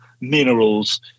minerals